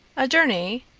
a journey?